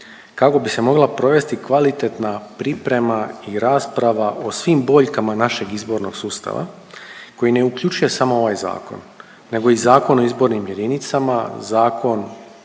kako bi se mogla provesti kvalitetna priprema i rasprava o svim boljkama našeg izbornog sustava koji ne uključuje samo ovaj zakon, nego i Zakon o izbornim jedinicama, zakon